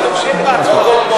נכון, תמשיך בהצבעות.